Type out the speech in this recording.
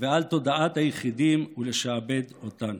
ועל תודעת היחידים ולשעבד אותן.